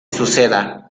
suceda